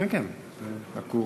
כן, רק הוא ביקש שאלה נוספת.